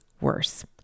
worse